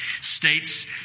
states